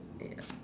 ya